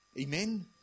Amen